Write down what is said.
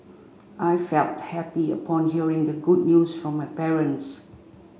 I felt happy upon hearing the good news from my parents